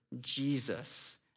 Jesus